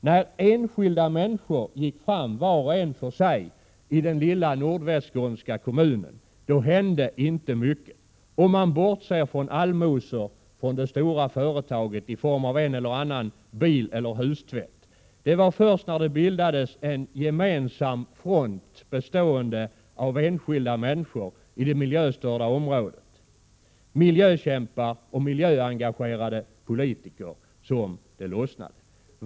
När enskilda människor gick fram var och en för sig i den lilla nordvästskånska kommunen hände inte mycket, om man bortser från allmosor från det stora företaget i form av en eller annan bileller hustvätt. Det var först när det bildades en gemensam front bestående av enskilda människor i det miljöstörda området, av miljökämpar och miljöengagerade politiker, som det lossnade.